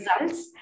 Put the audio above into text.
results